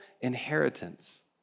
inheritance